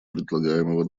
предлагаемого